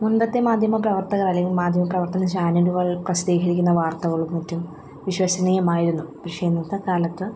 മുൻപത്തെ മാധ്യമ പ്രവർത്തകർ അല്ലെങ്കിൽ മാധ്യമ പ്രവർത്തന ചാനലുകൾ പ്രസിദ്ധീകരിക്കുന്ന വാർത്തകളും മറ്റും വിശ്വസനീയമായിരുന്നു പക്ഷേ ഇന്നത്തെ കാലത്ത്